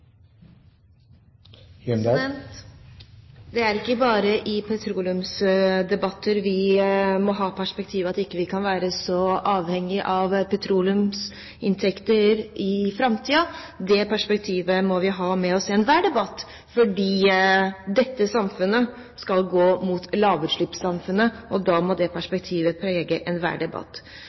Det er ikke bare i petroleumsdebatter vi må ha det perspektivet at vi ikke kan være så avhengige av petroleumsinntekter i framtiden. Det perspektivet må vi ha med oss i enhver debatt, for dette samfunnet skal gå mot lavutslippssamfunnet og da må det perspektivet prege enhver debatt.